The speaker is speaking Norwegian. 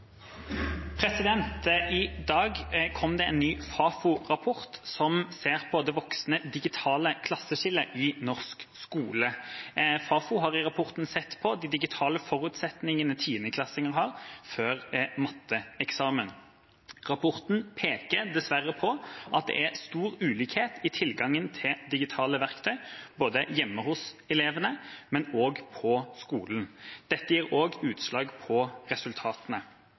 I dag kom det en ny Fafo-rapport som ser på det voksende digitale klasseskillet i norsk skole. Fafo har i rapporten sett på de digitale forutsetningene 10.-klassinger har før matteeksamenen. Rapporten peker dessverre på at det er stor ulikhet i tilgangen til digitale verktøy, både hjemme hos elevene og på skolen. Dette gir også utslag på resultatene.